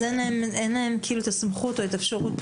אין להם כאילו את הסמכות או האפשרות.